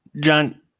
John